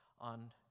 on